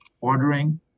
ordering